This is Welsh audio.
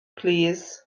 plîs